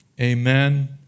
Amen